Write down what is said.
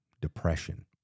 depression